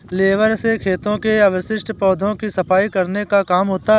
baler से खेतों के अवशिष्ट पौधों की सफाई करने का काम होता है